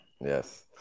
Yes